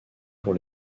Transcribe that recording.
pour